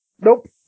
Nope